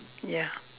ya